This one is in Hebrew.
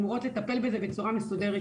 ומאשרות בכלל ייבוא לתוך שטחן קודם כל ודבר שני,